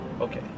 Okay